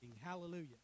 Hallelujah